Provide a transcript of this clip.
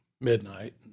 midnight